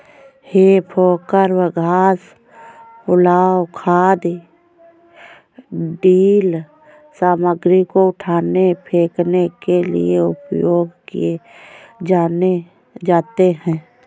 हे fork घास, पुआल, खाद, ढ़ीले सामग्री को उठाने, फेंकने के लिए उपयोग किए जाते हैं